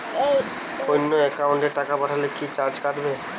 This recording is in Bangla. অন্য একাউন্টে টাকা পাঠালে কি চার্জ কাটবে?